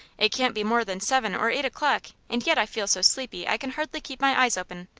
it can't be more than seven or eight o'clock and yet i feel so sleepy i can hardly keep my eyes open.